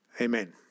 amen